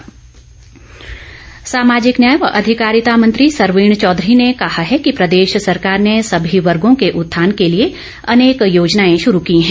सरवीण चौघरी सामाजिक न्याय व अधिकारिता मंत्री सरवीण चौधरी ने कहा है कि प्रदेश सरकार ने सभी वर्गों के उत्थान के लिए अनेक योजनाएं शुरू की हैं